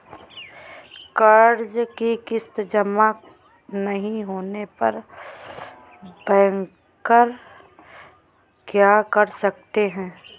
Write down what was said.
कर्ज कि किश्त जमा नहीं होने पर बैंकर क्या कर सकते हैं?